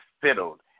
fiddled